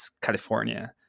California